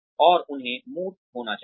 और उन्हें मूर्त होना चाहिए